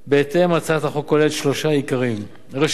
בהתאם, הצעת החוק כוללת שלושה עיקרים: ראשית,